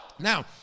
Now